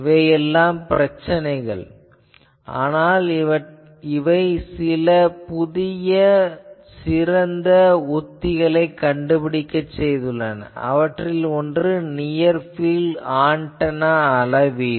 இவை எல்லாம் பிரச்சனைகள் ஆனால் இவை சில புதிய சிறந்த உத்திகளைக் கண்டுபிடிக்கச் செய்துள்ளன அவற்றில் ஒன்று நியர் பீல்ட் ஆன்டெனா அளவீடு